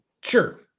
sure